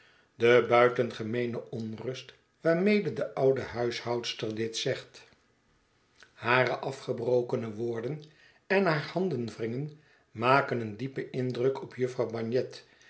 de buitengemeene onrust waarmede de oude huishoudster dit zegt hare afgebrokene woorden en haar handenwringen maken een diepen indruk op jufvrouw